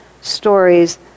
stories